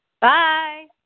Bye